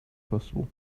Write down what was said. possible